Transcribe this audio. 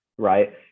Right